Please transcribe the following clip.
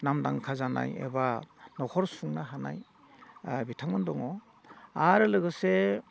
नामदांखा जानाय एबा न'खर खुंनो हानाय बिथांमोन दङ आरो लोगोसे